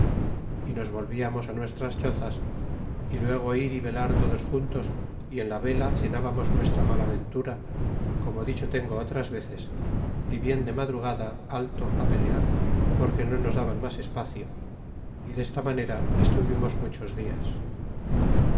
y nos volviamos nuestras chozas y luego ir y velar todos juntos y en la vela cenábamos muestra mala ventura como dicho tengo otras veces y bien de madrugada alto pelear porque no nos daban mas espacio y desta manera estuvimos muchos días